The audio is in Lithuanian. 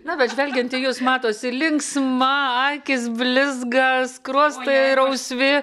na bet žvelgiant į jus matosi linksma akys blizga skruostai rausvi